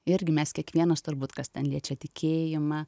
irgi mes kiekvienas turbūt kas ten liečia tikėjimą